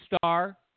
star